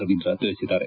ರವೀಂದ್ರ ತಿಳಿಸಿದ್ದಾರೆ